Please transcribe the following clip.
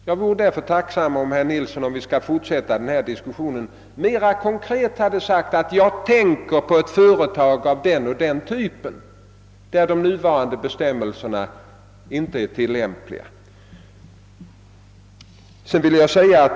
Om vi skall fortsätta denna diskussion, skulle det vara bättre om herr Nilsson i Tvärålund mera konkret sade: Jag tänker på ett företag av den eller den typen, där de nuvarande bestämmelserna inte är tillämpliga.